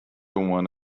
one